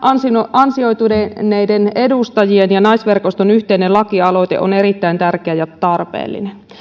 ansioituneiden edustajien ja naisverkoston yhteinen lakialoite on erittäin tärkeä ja tarpeellinen